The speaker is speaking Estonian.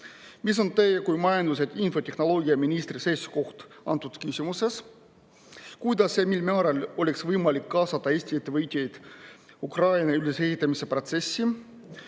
Mis on teie kui majandus‑ ja infotehnoloogiaministri seisukoht antud küsimuses? Kuidas ja mil määral oleks võimalik kaasata Eesti ettevõitjaid Ukraina ülesehitamise protsessi?